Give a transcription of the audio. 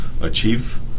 achieve